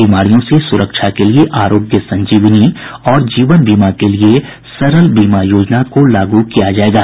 बीमारियों से सुरक्षा के लिए आरोग्य संजीवनी और जीवन बीमा के लिए सरल बीमा योजना को लागू किया जायेगा